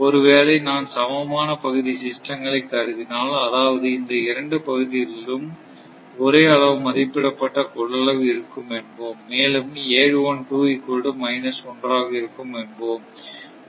ஒருவேளை நான் சமமான பகுதி சிஸ்டங்களை கருதினால் அதாவது இந்த இரண்டு பகுதிகளிலும் ஒரே அளவு மதிப்பிடப்பட்ட கொள்ளளவு இருக்கும் என்போம் மேலும் ஆக இருக்கும் என்போம்